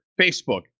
Facebook